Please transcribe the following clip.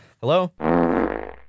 Hello